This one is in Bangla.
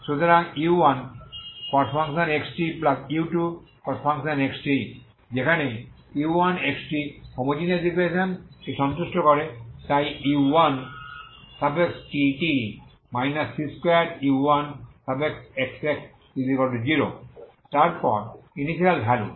সুতরাং u1xtu2xt যেখানে u1xt হোমোজেনিয়াস ইকুয়েশন কে সন্তুষ্ট করে তাই u1tt c2u1xx0 এবং তারপর ইনিশিয়াল ভ্যালু